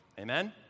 Amen